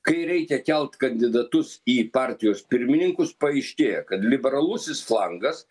kai reikia kelt kandidatus į partijos pirmininkus paaiškėja kad liberalusis flangas